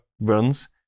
runs